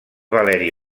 valeri